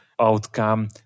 outcome